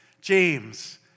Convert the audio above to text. James